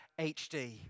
HD